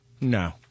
No